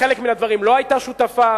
לחלק מן הדברים לא היתה שותפה.